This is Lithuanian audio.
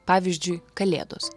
pavyzdžiui kalėdos